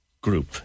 Group